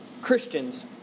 Christians